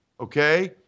okay